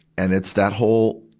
and it's that whole,